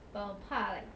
but 我怕 like